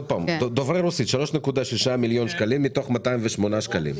דוברי רוסית: 3.6 מיליון שקלים מתוך 208 מיליון שקלים.